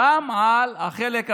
חוזר לאותו מכתב של הרב לאו שליט"א.